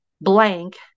blank